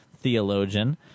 theologian